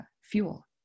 fuel